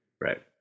Right